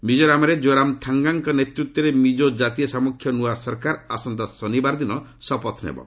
ମିଜୋରାମ୍ରେ ଜୋରାମ୍ ଥାଙ୍ଗାଙ୍କ ନେତୃତ୍ୱରେ ମିଜୋ ଜାତୀୟ ସାମୁଖ୍ୟ ନୂଆ ସରକାର ଆସନ୍ତା ଶନିବାର ଦିନ ଶପଥ ନେବେ